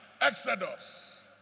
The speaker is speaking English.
Exodus